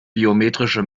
biometrische